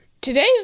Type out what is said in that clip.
Today's